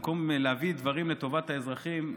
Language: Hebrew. במקום להביא דברים לטובת האזרחים,